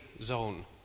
zone